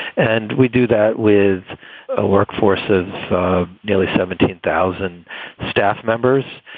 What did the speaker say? and we do that with a workforce of daily seventeen thousand staff members.